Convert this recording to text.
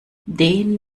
den